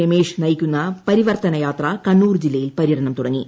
രമേശ് നയിക്കുന്ന പരിവർത്തന യാത്ര കണ്ണൂർ ജില്ലയിൽ പര്യടനം തുടങ്ങി